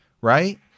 right